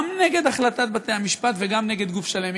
גם נגד החלטת בתי-המשפט וגם נגד גוף שלם.